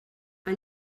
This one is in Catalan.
han